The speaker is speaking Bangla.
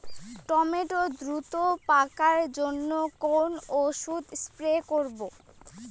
টমেটো দ্রুত পাকার জন্য কোন ওষুধ স্প্রে করব?